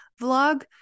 vlog